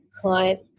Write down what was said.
client